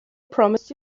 promised